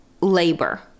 labor